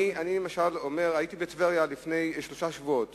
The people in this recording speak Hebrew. אני למשל אומר, הייתי בטבריה לפני שלושה שבועות